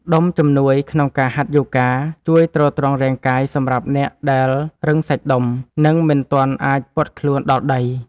ដុំជំនួយក្នុងការហាត់យូហ្គា ជួយទ្រទ្រង់រាងកាយសម្រាប់អ្នកដែលរឹងសាច់ដុំ និងមិនទាន់អាចពត់ខ្លួនដល់ដី។